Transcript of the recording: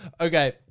okay